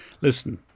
listen